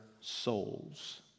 souls